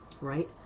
right